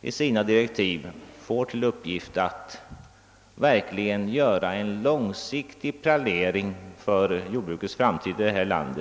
i sina direktiv får till uppgift att verkligen göra en långsiktig planering för jordbrukets framtid i vårt land.